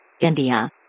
India